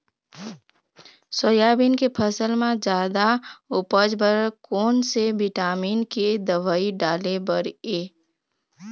Soybean के फसल म जादा उपज बर कोन से विटामिन के दवई डाले बर ये?